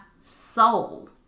soul